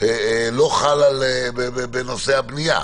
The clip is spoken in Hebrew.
לא חל בנושא הבנייה?